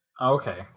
okay